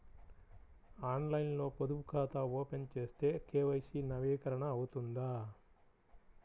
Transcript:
ఆన్లైన్లో పొదుపు ఖాతా ఓపెన్ చేస్తే కే.వై.సి నవీకరణ అవుతుందా?